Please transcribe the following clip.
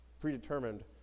predetermined